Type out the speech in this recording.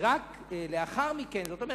כלומר,